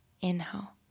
Inhale